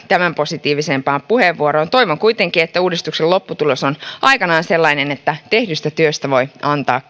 tämän positiivisempaan puheenvuoroon toivon kuitenkin että uudistuksen lopputulos on aikanaan sellainen että tehdystä työstä voi antaa